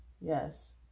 yes